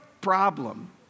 problem